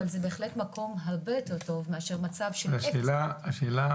אבל זה בהחלט מקום הרבה יותר טוב מאשר מצב שאין תלונות.